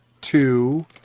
two